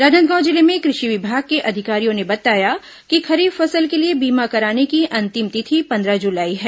राजनांदगांव जिले में कृषि विभाग के अधिकारियों ने बताया कि खरीफ फसल के लिए बीमा कराने की अंतिम तिथि पंद्रह जुलाई है